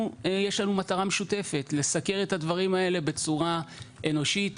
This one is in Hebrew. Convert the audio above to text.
מטרה משותפת: לסקר את הדברים האלה בצורה אנושית,